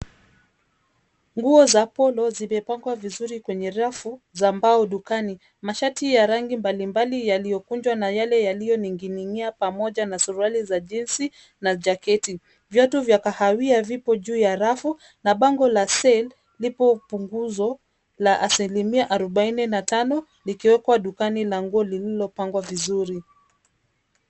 Nguo za polo zimepangwa vizuri kwenye rafu za mbao dukani. Mashati ya rangi mbalimbali yaliyokunjwa na yale yaliyoning'inia, pamoja na suruali za jeans na jaketi. Viatu vya kahawia vipo juu ya rafu na bango la sale lipo pungufu ya asilimia arubaini na tano, likiwekwa dukani na nguo lililopangwa vizuri.